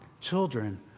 children